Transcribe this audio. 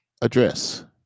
address